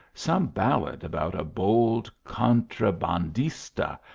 some ballad about a bold contra bandista,